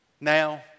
Now